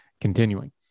Continuing